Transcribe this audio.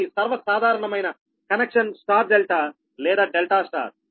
కానీ సర్వసాధారణమైన connection star delta లేదా డెల్టా స్టార్